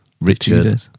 richard